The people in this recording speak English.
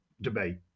debate